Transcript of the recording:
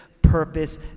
purpose